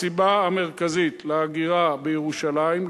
הסיבה המרכזית להגירה מירושלים,